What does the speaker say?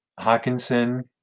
Hawkinson